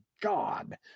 God